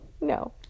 no